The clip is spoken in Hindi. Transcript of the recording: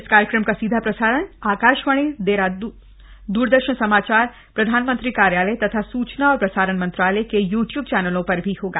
इस कार्यक्रम का सीधा प्रसारण आकाशवाणी द्रदर्शन समाचार प्रधानमंत्री कार्यालय तथा सूचना और प्रसारण मंत्रालय के यू ट्यूब चैनलों भी पर होगा